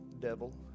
devil